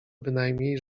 bynajmniej